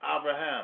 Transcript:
Abraham